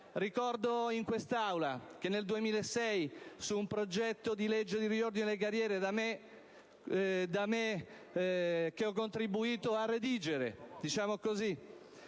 Ricordo in quest'Aula che, nel 2006, un progetto di legge di riordino delle carriere, che avevo contribuito a redigere, fu approvato